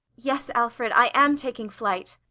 yes, alfred i am taking flight.